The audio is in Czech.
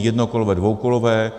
Jednokolové, dvoukolové.